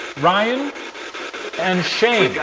ryan and shane.